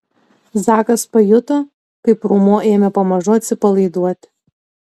zakas pajuto kaip raumuo ėmė pamažu atsipalaiduoti